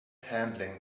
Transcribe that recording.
handling